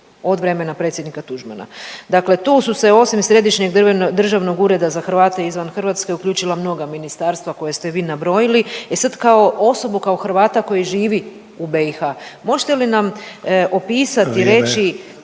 od vremena predsjednika Tuđmana. Dakle, tu su se osim Središnjeg državnog ureda za Hrvate izvan Hrvatske uključila mnoga ministarstva koje ste vi nabrojile, e sad kao osobu kao Hrvata koji živi u BiH možete li nam opisati